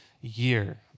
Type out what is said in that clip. year